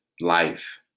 life